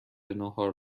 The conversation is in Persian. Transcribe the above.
ناهار